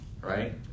right